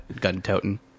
gun-toting